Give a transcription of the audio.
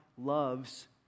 loves